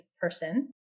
person